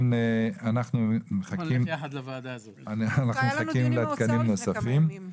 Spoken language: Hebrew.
היה לנו דיון עם האוצר לפני כמה ימים.